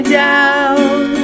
down